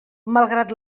malgrat